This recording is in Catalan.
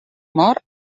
mort